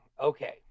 okay